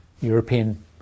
European